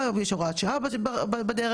אבל חשוב להגיד,